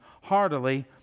heartily